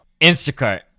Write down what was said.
instacart